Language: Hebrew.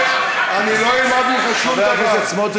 אני לא אלמד מכם שום דבר,